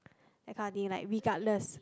like that kind of thing like regardless